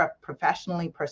professionally